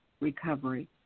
recovery